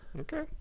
Okay